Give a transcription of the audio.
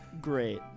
Great